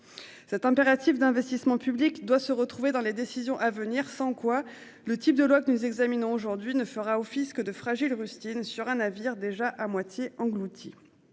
cet impératif d'investissement public doit se retrouver dans les décisions à venir. Sans quoi le type de loi que nous examinons aujourd'hui ne fera office que de rustine sur un navire déjà à moitié englouti.